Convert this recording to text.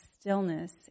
stillness